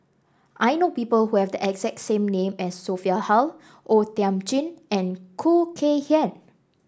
I know people who have the exact name as Sophia Hull O Thiam Chin and Khoo Kay Hian